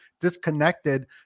disconnected